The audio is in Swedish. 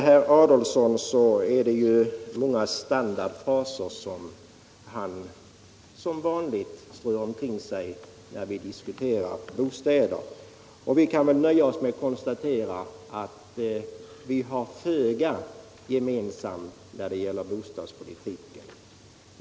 Herr Adolfsson strör som vanligt många standardfraser omkring sig när vi diskuterar bostäder. Vi kan väl nöja oss med att konstatera att vi har föga gemensamt när det gäller bostadspolitiken.